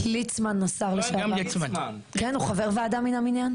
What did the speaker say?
גם ליצמן השר לשעבר, כן הוא חבר ועדה מן המניין.